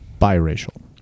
Biracial